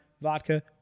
vodka